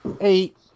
eight